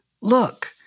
look